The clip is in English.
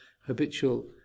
habitual